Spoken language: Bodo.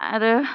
आरो